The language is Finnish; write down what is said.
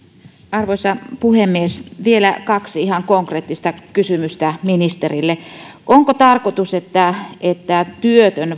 arvoisa puhemies vielä kaksi ihan konkreettista kysymystä ministerille onko tarkoitus että että työtön